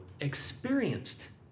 experienced